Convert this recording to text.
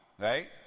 right